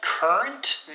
Current